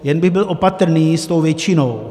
Jen bych byl opatrný s tou většinou.